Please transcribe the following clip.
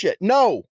no